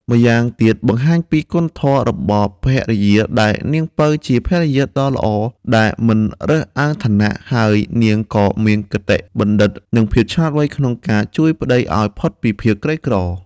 ម្យ៉ាងទៀតបង្ហាញណីគុណធម៌របស់ភរិយាដែលនាងពៅជាភរិយាដ៏ល្អដែលមិនរើសអើងឋានៈ ហើយនាងក៏មានគតិបណ្ឌិតនិងភាពឆ្លាតវៃក្នុងការជួយប្ដីឲ្យផុតពីភាពក្រីក្រ។